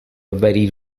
very